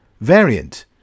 variant